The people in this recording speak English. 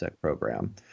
program